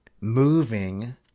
moving